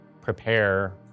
prepare